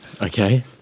Okay